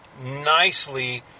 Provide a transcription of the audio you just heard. nicely